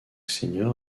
senior